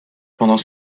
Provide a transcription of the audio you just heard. pendant